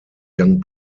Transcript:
young